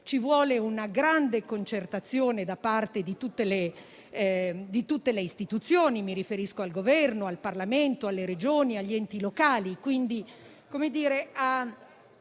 ci vuole una grande concertazione da parte di tutte le istituzioni: mi riferisco al Governo, al Parlamento, alle Regioni e a tutti gli enti locali.